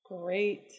Great